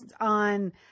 on